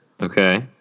Okay